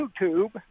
YouTube